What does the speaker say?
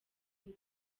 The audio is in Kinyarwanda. undi